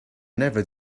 never